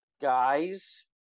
Guys